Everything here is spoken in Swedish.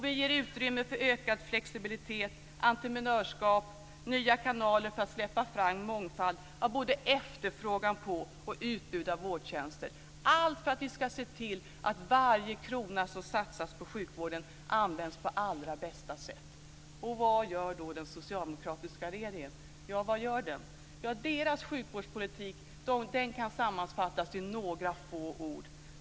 Vi ger utrymme för ökad flexibilitet, entreprenörskap och nya kanaler när det gäller efterfrågan på och utbud av vårdtjänster. Detta gör vi för att se till att varje krona som satsas på sjukvården används på allra bästa sätt. Vad gör då den socialdemokratiska regeringen? Deras sjukvårdspolitik kan sammanfattas i några få ord.